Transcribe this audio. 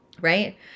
right